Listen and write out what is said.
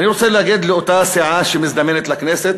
אני רוצה להגיד לאותה סיעה שמזדמנת לכנסת,